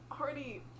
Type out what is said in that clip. already